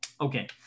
Okay